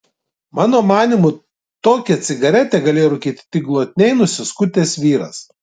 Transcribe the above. mano manymu tokią cigaretę galėjo rūkyti tik glotniai nusiskutęs vyras